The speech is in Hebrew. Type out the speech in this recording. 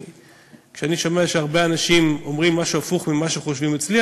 כשאני שומע שהרבה אנשים אומרים הפוך ממה שחושבים אצלי,